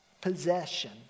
possession